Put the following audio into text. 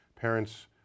parents